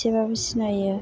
एसेबाबो सिनायो